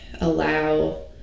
allow